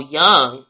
young